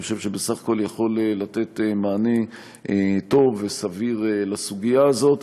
אני חושב שבסך הכול יכול לתת מענה טוב וסביר לסוגיה הזאת.